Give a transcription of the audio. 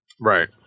Right